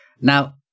Now